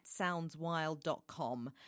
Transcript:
soundswild.com